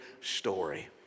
story